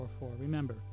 Remember